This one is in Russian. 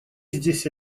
здесь